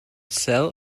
sell